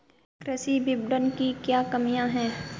कृषि विपणन की क्या कमियाँ हैं?